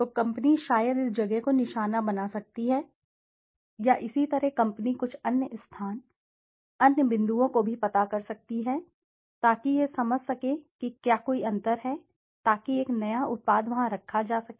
तो कंपनी शायद इस जगह को निशाना बना सकती है या इसी तरह कंपनी कुछ अन्य स्थान अन्य बिंदुओं को भी पता कर सकती है ताकि यह समझ सके कि क्या कोई अंतर है ताकि एक नया उत्पाद वहां रखा जा सके